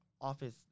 office